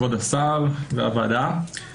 כבוד השר והוועדה,